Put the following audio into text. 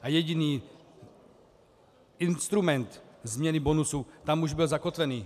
A jediný instrument změny bonusu tam už byl zakotvený.